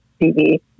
TV